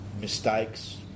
mistakes